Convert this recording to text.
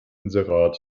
inserat